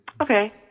Okay